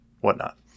whatnot